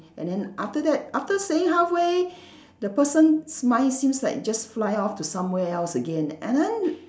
and then after that after saying halfway the person's mind seems like just fly off to somewhere else again and then